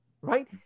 right